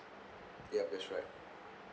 yup that's right